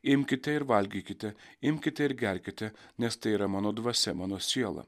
imkite ir valgykite imkite ir gerkite nes tai yra mano dvasia mano siela